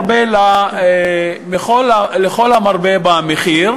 לכל המרבה במחיר.